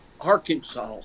Arkansas